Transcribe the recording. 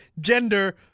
gender